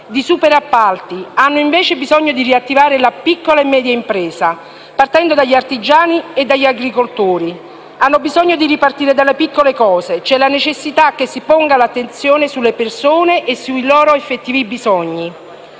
di superappalti; essi hanno invece bisogno di riattivare la piccola e media impresa, partendo dagli artigiani e dagli agricoltori. Hanno bisogno di ripartire dalle piccole cose, c'è la necessità che si ponga l'attenzione sulle persone e sui loro effettivi bisogni.